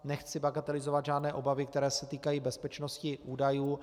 Nechci bagatelizovat žádné obavy, které se týkají bezpečnosti údajů.